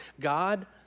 God